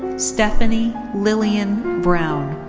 stephanie lillian brown.